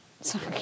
Sorry